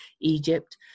egypt